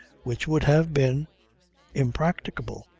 which would have been impracticable.